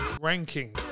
Ranking